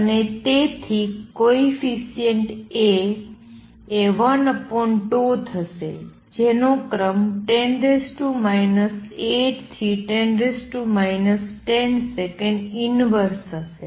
અને તેથી coefficient A એ 1τ થશે જેનો ક્રમ 10 8 થી 10 10 સેકન્ડ ઇનવર્સ હશે